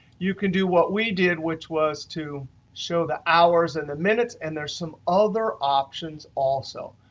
you can do what we did, which was to show the hours and minutes, and there some other options also.